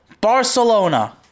Barcelona